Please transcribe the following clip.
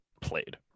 played